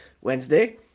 Wednesday